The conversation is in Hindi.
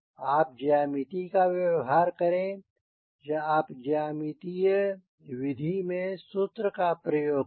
आप ज्यामिति का व्यव्हार करें या आप ज्यामितीय विधि में सूत्र का प्रयोग करें